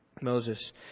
Moses